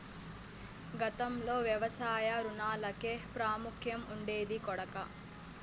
గతంలో వ్యవసాయ రుణాలకే ప్రాముఖ్యం ఉండేది కొడకా